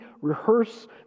rehearse